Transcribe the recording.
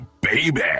baby